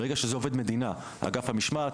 ברגע שזה עובד מדינה זה אגף המשמעת,